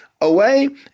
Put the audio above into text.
Away